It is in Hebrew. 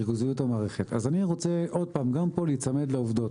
ואני רוצה להיצמד לעובדות.